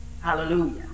Hallelujah